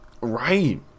Right